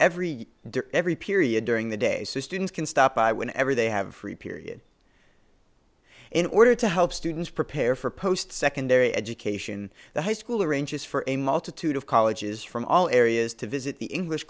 every every period during the days to students can stop by when ever they have free period in order to help students prepare for post secondary education the high school arranges for a multitude of colleges from all areas to visit the english